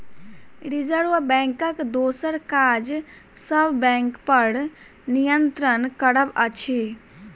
reserve बैंकक दोसर काज सब बैंकपर नियंत्रण करब अछि